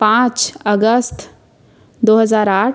पाँच अगस्त दो हज़ार आठ